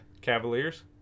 Cavaliers